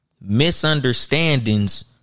Misunderstandings